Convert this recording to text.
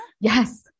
Yes